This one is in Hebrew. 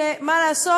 ומה לעשות?